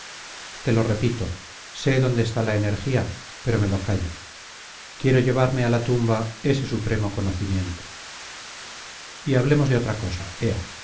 te lo repito sé dónde está la energía pero me lo callo quiero llevarme a la tumba ese supremo conocimiento y hablemos de otra cosa